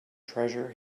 treasure